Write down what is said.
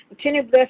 Continue